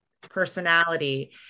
personality